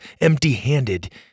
empty-handed